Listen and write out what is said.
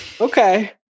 Okay